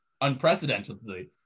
unprecedentedly